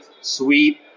sweet